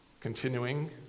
Continuing